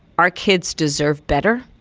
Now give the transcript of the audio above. our kids deserve better.